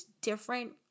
different